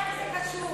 איך זה קשור